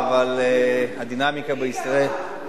אבל הדינמיקה בישראל,